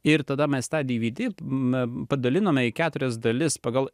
ir tada mes tą dvd na padalinome į keturias dalis pagal